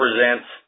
represents